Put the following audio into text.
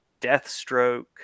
Deathstroke